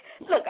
Look